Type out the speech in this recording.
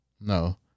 No